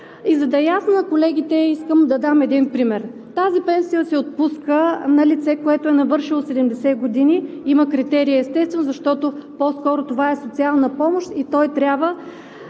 И за да е ясно на колегите, искам да дам един пример. Тази пенсия се отпуска на лице, което е навършило 70 години и има критерии, естествено, защото по-скоро това е социална помощ и трябва